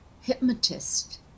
hypnotist